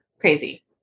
crazy